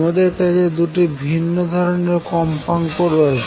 আমাদের কাছে দুটি ভিন্ন ধরনের কম্পাঙ্ক রয়েছে